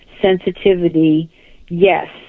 sensitivity—yes